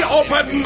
open